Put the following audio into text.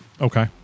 Okay